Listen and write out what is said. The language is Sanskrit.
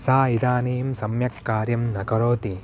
सा इदानीं सम्यक् कार्यं न करोति